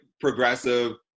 progressive